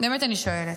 באמת אני שואלת: